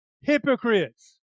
hypocrites